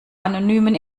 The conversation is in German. anonymen